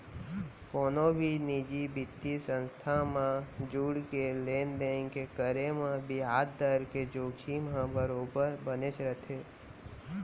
कोनो भी निजी बित्तीय संस्था म जुड़के लेन देन के करे म बियाज दर के जोखिम ह बरोबर बनेच रथे